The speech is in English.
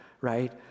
right